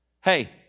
hey